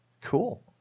Cool